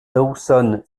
dawson